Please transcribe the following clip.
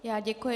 Já děkuji.